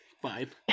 five